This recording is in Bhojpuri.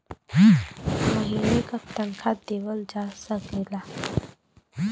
महीने का तनखा देवल जा सकला